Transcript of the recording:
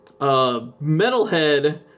Metalhead